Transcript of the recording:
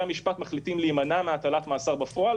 המשפט מחליטים להימנע מהטלת מאסר בפועל,